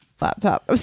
laptop